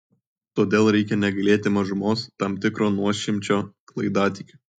todėl reikia negailėti mažumos tam tikro nuošimčio klaidatikių